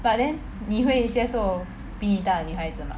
but then 你会接受比你大的女孩子 mah